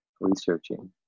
researching